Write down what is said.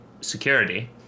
security